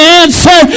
answer